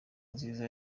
nziza